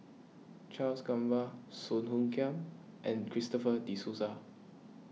Charles Gamba Song Hoot Kiam and Christopher De Souza